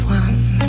one